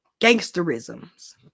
gangsterisms